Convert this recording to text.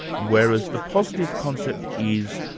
whereas the positive concept is,